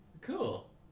cool